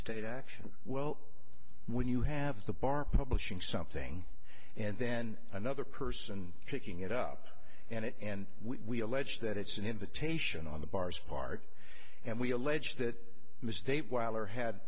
state action well when you have the bar publishing something and then another person picking it up and it and we allege that it's an invitation on the bar's part and we allege that mistake while or had